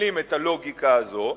מקבלים את הלוגיקה הזו,